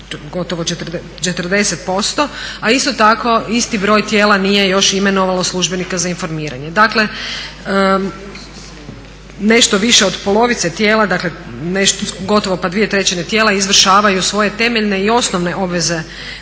gotovo 40%, a isto tako isti broj tijela nije još imenovalo službenika za informiranje. Dakle nešto više od polovice tijela gotovo pa 2/3 tijela izvršavaju svoje temeljne i osnovne obveze